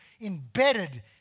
embedded